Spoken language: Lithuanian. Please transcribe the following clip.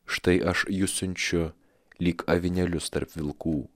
štai aš jus siunčiu lyg avinėlius tarp vilkų